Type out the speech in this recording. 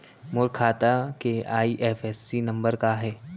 मोर खाता के IFSC number का हे?